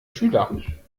schüler